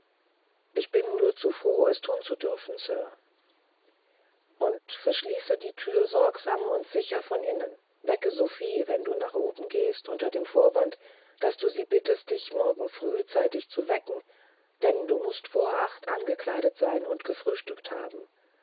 ich bin nur zu froh es thun zu dürfen sir und verschließe die thür sorgsam und sicher von innen wecke sophie wenn du nach oben gehst unter dem vorwande daß du sie bittest dich morgen früh zeitig zu wecken denn du mußt vor acht uhr angekleidet sein und gefrühstückt haben